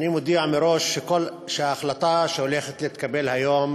אני מודיע מראש שההחלטה שהולכת להתקבל היום